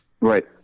Right